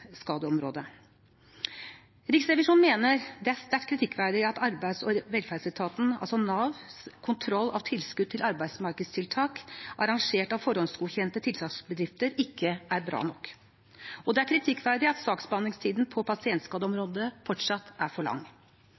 Riksrevisjonen mener det er sterkt kritikkverdig at Arbeids- og velferdsetatens, altså Navs, kontroll av tilskudd til arbeidsmarkedstiltak arrangert av forhåndsgodkjente tiltaksbedrifter, ikke er bra nok, og det er kritikkverdig at saksbehandlingstiden på pasientskadeområdet fortsatt er for lang.